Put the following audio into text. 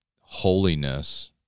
holiness